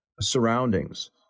surroundings